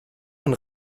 und